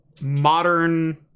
modern